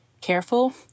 careful